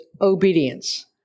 obedience